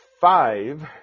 five